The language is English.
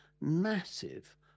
massive